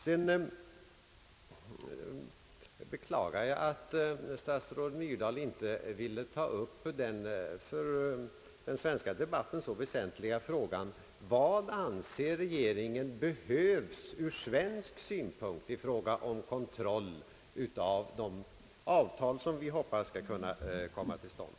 Sedan beklagar jag att statsrådet Myrdal inte ville ta upp det för den svenska debatten så väsentliga spörsmålet: Vad behövs enligt regeringens mening ur svensk synpunkt i fråga om kontroll av de avtal som vi hoppas skall kunna komma till stånd?